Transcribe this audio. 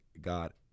god